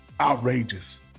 outrageous